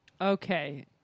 okay